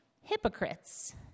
hypocrites